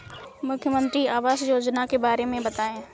मुख्यमंत्री आवास योजना के बारे में बताए?